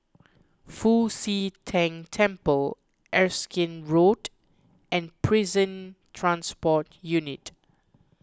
Fu Xi Tang Temple Erskine Road and Prison Transport Unit